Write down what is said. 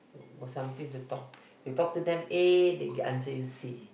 got something to talk you talk to them A they answer you C